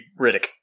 Riddick